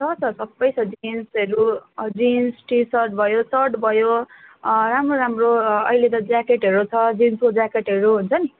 छ छ सबै छ जिन्सहरू जिन्स टि सर्ट भयो सर्ट भयो राम्रो राम्रो अहिले त ज्याकेटहरू छ जिन्सको ज्याकेटहरू हुन्छ नि